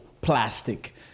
plastic